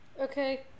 Okay